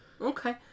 Okay